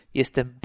jestem